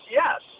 yes